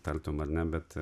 tartum ar ne bet